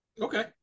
Okay